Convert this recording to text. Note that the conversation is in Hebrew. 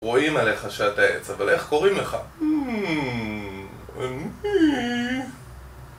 רואים עליך שאתה עץ אבל איך קוראים לך? ממממ... אני...